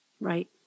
Right